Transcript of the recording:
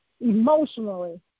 emotionally